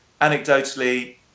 anecdotally